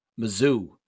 Mizzou